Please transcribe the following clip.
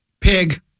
Pig